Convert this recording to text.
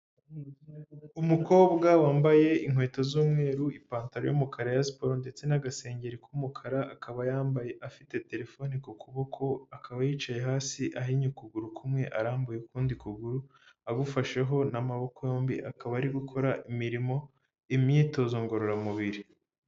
Umukobwa wambaye inkweto z'umweru, ipantaro y' yumukara ya sports ndetse n'agasengeri k'umukara, akaba yambaye afite telefone ku kuboko, akaba yicaye hasi ahinnye ukuguru kumwe. Arambuye ukundi kuguru agufasheho n'amaboko yombi akaba ari gukora imirimo, imyitozo ngororamubiri.